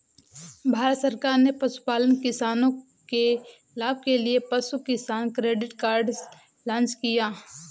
भारत सरकार ने पशुपालन किसानों के लाभ के लिए पशु किसान क्रेडिट कार्ड लॉन्च किया